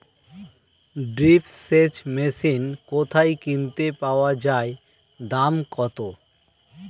Drip সেচ machine কোথায় কিনতে পাওয়া যায় দাম কত?